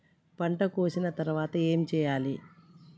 పంట కోసిన తర్వాత ఏం చెయ్యాలి?